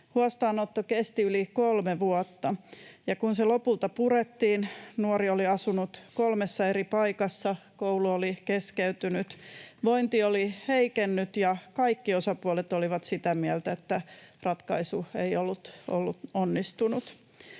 Huostaanotto kesti yli kolme vuotta, ja kun se lopulta purettiin, nuori oli asunut kolmessa eri paikassa, koulu oli keskeytynyt, vointi oli heikennyt ja kaikki osapuolet olivat sitä mieltä, että ratkaisu ei ollut ollut onnistunut.